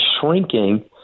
shrinking